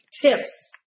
tips